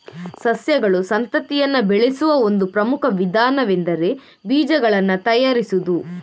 ಸಸ್ಯಗಳು ಸಂತತಿಯನ್ನ ಬೆಳೆಸುವ ಒಂದು ಪ್ರಮುಖ ವಿಧಾನವೆಂದರೆ ಬೀಜಗಳನ್ನ ತಯಾರಿಸುದು